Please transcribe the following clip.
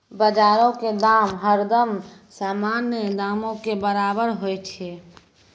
बजारो के दाम हरदम सामान्य दामो के बराबरे होय छै